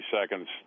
seconds